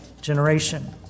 generation